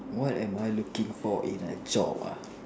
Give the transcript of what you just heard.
what am I looking for in a job ah